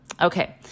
Okay